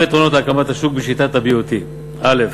כמה יתרונות להקמת השוק בשיטת ה-BOT: א.